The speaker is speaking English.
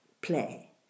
Play